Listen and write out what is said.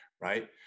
right